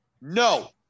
No